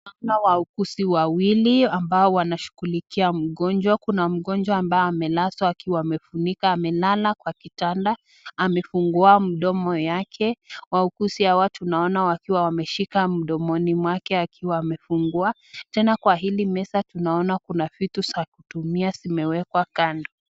Naona wauguzi wawili ambao wanashughulikia mgonjwa. Kuna mgonjwa ambaye amelazwa akiwa amefunikwa. Amelala kwa kitanda. Amefungua mdomo yake. Wauguzi hawa tunaona wakiwa wameshika mdomoni mwake akiwa amefungua. Tena kwa hili meza tunaona kuna vitu za kutumia zimewekwa kando.